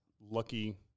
lucky